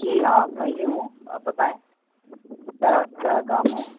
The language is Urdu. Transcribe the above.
جی ہاں میں ہی ہوں آپ بتائیں کیا کیا کام ہیں